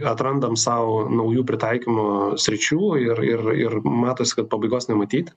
atrandam sau naujų pritaikymo sričių ir ir ir matosi kad pabaigos nematyt